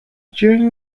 during